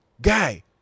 guy